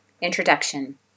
Introduction